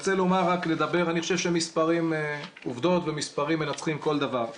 אני חושב שעובדות ומספרים מנצחים כל דבר.